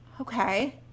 Okay